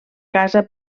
casa